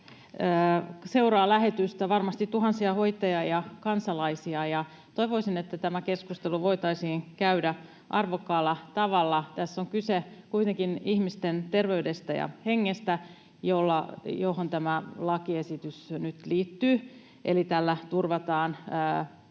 seuraa varmasti tuhansia hoitajia ja kansalaisia, ja toivoisin, että tämä keskustelu voitaisiin käydä arvokkaalla tavalla. Tässä on kyse kuitenkin ihmisten terveydestä ja hengestä, joihin tämä lakiesitys nyt liittyy, eli tällä turvataan